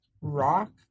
Rock